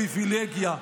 זה לא נותן להם פריבילגיה,